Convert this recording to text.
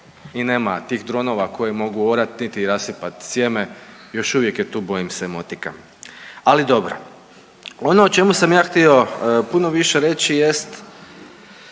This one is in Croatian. i nema tih dronova koji mogu orati niti rasipati sjeme, još uvijek je tu, bojim se, motika. Ali dobro. Ono o čemu sam ja htio puno više reći jest